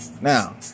now